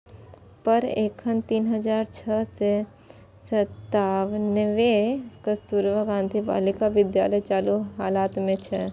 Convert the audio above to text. पर एखन तीन हजार छह सय सत्तानबे कस्तुरबा गांधी बालिका विद्यालय चालू हालत मे छै